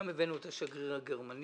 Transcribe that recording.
גם הבאנו את השגריר הגרמני,